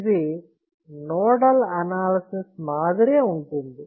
ఇది nodal analysis మాదిరే ఉంటుంది